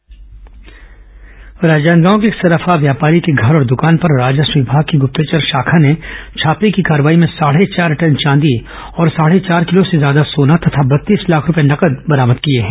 राजनांदगांव सराफा छापा राजनांदगांव के एक सराफा व्यापारी के घर और दुकान पर राजस्व विमाग की गुप्तचर शाखा ने छापे की कार्रवाई में साढ़े चार टन चांदी और साढ़े चार किलो से ज्यादा सोना तथा बत्तीस लाख रूपये नगद बरामद किया है